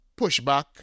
pushback